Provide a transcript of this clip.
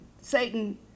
Satan